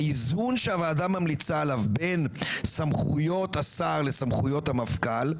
האיזון שהוועדה ממליצה עליו בין סמכויות השר לסמכויות המפכ"ל,